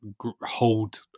hold